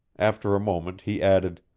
after a moment he added,